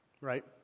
Right